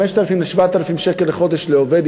5,000 7,000 שקל לחודש לעובד,